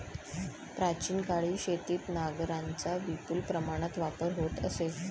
प्राचीन काळी शेतीत नांगरांचा विपुल प्रमाणात वापर होत असे